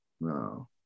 No